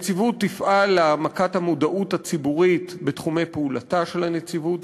הנציבות תפעל להעמקת המודעות הציבורית בתחומי פעולתה של הנציבות,